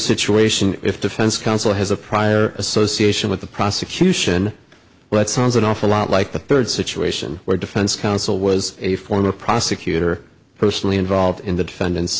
situation if defense counsel has a prior association with the prosecution well it sounds an awful lot like the third situation where defense counsel was a former prosecutor personally involved in the defendant's